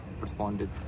responded